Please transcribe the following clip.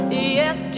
Yes